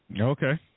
Okay